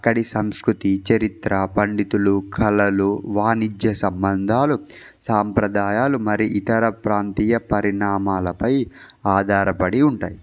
అక్కడి సంస్కృతి చరిత్ర పండితులు కళలు వాణిజ్య సంబంధాలు సాంప్రదాయాలు మరి ఇతర ప్రాంతీయ పరిణామాలపై ఆధారపడి ఉంటాయి